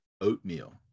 oatmeal